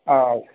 ആ ഓക്കേ